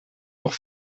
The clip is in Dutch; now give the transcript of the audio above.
nog